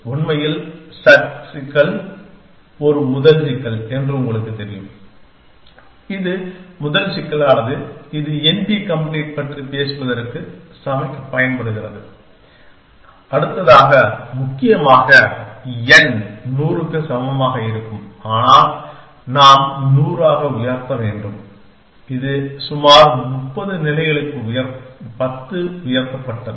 உண்மையில் சட் சிக்கல் ஒரு முதல் சிக்கல் என்று உங்களுக்குத் தெரியும் இது முதல் சிக்கலானது இது NP கம்ப்ளீட் பற்றி பேசுவதற்கு சமைக்க பயன்படுத்தப்பட்டது அடுத்ததாக முக்கியமாக n 100 க்கு சமமாக இருக்கும் நாம் 100 ஆக உயர்த்த வேண்டும் இது சுமார் 30 நிலைகளுக்கு 10 உயர்த்தப்பட்டது